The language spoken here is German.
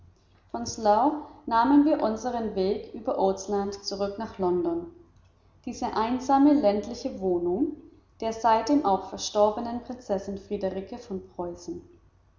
von slough nahmen wir unseren weg über oatlands zurück nach london diese einsame ländliche wohnung der seitdem auch verstorbenen prinzessin friederike von preußen